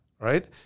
right